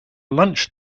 lunch